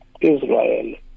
Israel